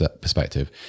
perspective